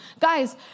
Guys